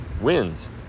wins